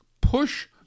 push